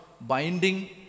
binding